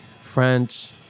french